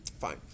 Fine